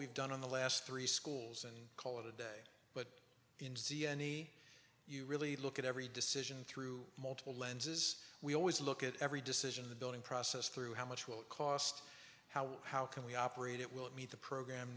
we've done on the last three schools and call it a day but in any you really look at every decision through multiple lenses we always look at every decision the building process through how much will it cost how how can we operate it will it meet the program